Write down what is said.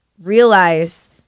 realize